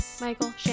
Michael